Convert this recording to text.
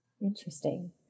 Interesting